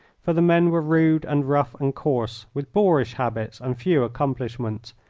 for the men were rude and rough and coarse, with boorish habits and few accomplishments,